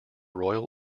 royal